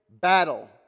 battle